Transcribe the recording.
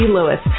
Lewis